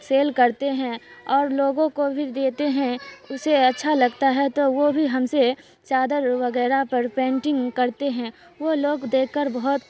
cell کرتے ہیں اور لوگوں کو بھی دیتے ہیں اسے اچھا لگتا ہے تو وہ بھی ہم سے چادر وغیرہ پر پینٹنگ کرتے ہیں وہ لوگ دیکھ کر بہت